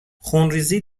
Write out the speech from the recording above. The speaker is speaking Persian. خونریزی